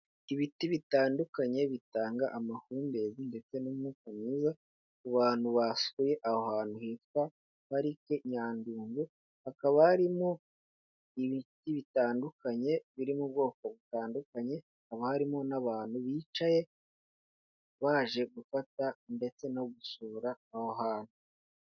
Ibiti bitandukanye bitanga amahumbezi ndetse n'umwuka mwiza, ku bantu basuye aho hantu hitwa parike Nyandungu, hakaba harimo ibiti bitandukanye birimo ubwoko butandukanye hakaba harimo n'abantu bicaye baje gufata ndetse no gusura aho hantu.